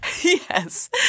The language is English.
Yes